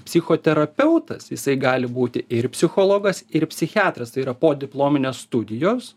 psichoterapeutas jisai gali būti ir psichologas ir psichiatras tai yra podiplominės studijos